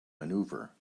maneuver